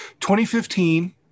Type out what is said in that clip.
2015